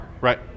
Right